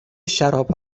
شراب